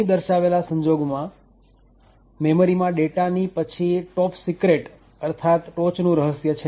અહીં દર્શાવેલા સંજોગમાં મેમરી માં ડેટા ની પછી "TOPSECRET" ટોપ સિક્રેટ અર્થાત ટોચનું રહસ્ય છે